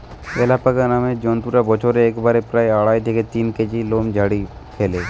alpaca নামের জন্তুটা বছরে একবারে প্রায় আড়াই থেকে তিন কেজি লোম ঝাড়ি ফ্যালে